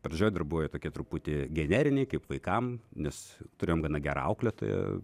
pradžioje dar buvo jie tokie truputį generiniai kaip vaikam nes turėjom gana gerą auklėtoją